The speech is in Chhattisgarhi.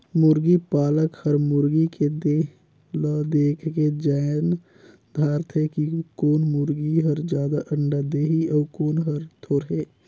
मुरगी पालक हर मुरगी के देह ल देखके जायन दारथे कि कोन मुरगी हर जादा अंडा देहि अउ कोन हर थोरहें